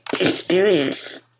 experience